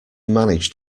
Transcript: manage